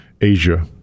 Asia